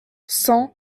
cent